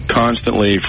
constantly